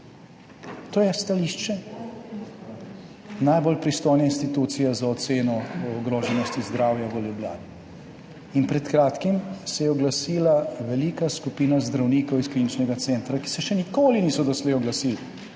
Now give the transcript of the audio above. To je stališče najbolj pristojne institucije za oceno ogroženosti zdravja v Ljubljani. In pred kratkim se je oglasila velika skupina zdravnikov iz Kliničnega centra, ki se še nikoli doslej niso oglasili